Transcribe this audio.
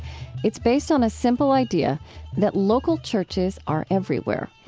it's based on a simple idea that local churches are everywhere,